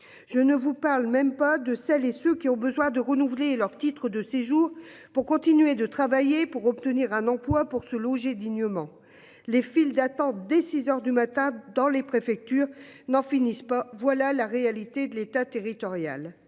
Je ne vous parle même pas de celles et ceux qui ont besoin de renouveler leur titre de séjour pour continuer de travailler pour obtenir un emploi pour se loger dignement. Les files d'attente, dès 6h du matin dans les préfectures n'en finissent pas, voilà la réalité de l'État, territorial.